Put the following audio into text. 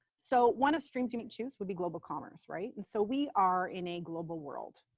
so one of strains you might choose would be global commerce, right and so we are in a global world.